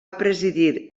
presidir